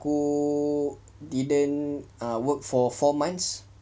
aku didn't work for four months